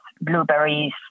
blueberries